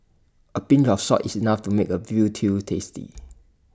A pinch of salt is enough to make A Veal Stew tasty